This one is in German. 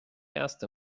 erst